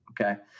okay